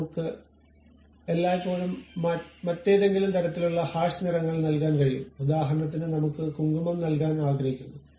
അതിനാൽ നമുക്ക് എല്ലായ്പ്പോഴും മറ്റേതെങ്കിലും തരത്തിലുള്ള ഹാഷ് നിറങ്ങൾ നൽകാൻ കഴിയും ഉദാഹരണത്തിന് നമ്മുക്ക് കുങ്കുമം നൽകാൻ ആഗ്രഹിക്കുന്നു